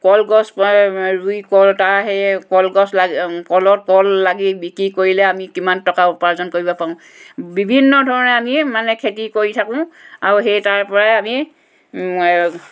কলগছ ৰুই কল তাৰ সেই কলগছ লা কলত কল লাগি বিক্ৰী কৰিলে আমি কিমান টকা উপাৰ্জন কৰিব পাৰোঁ বিভিন্ন ধৰণে মানে আমি খেতি কৰি থাকোঁ আৰু সেই তাৰপৰাই আমি